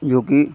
जो कि